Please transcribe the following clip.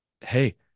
hey